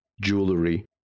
jewelry